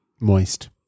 Moist